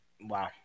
Wow